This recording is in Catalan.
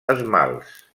esmalts